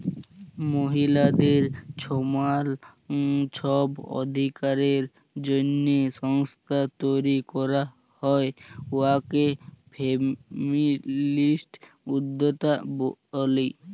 মহিলাদের ছমাল ছব অধিকারের জ্যনহে সংস্থা তৈরি ক্যরা হ্যয় উয়াকে ফেমিলিস্ট উদ্যক্তা ব্যলি